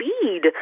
speed